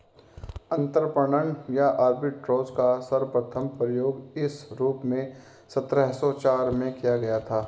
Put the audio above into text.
अंतरपणन या आर्बिट्राज का सर्वप्रथम प्रयोग इस रूप में सत्रह सौ चार में किया गया था